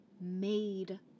made